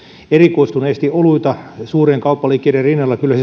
erikoistuneesti oluita suurien kauppaliikkeiden rinnalla kyllä